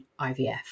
IVF